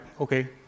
Okay